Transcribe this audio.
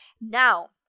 Now